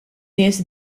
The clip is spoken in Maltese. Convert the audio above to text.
nies